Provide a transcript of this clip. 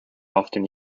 often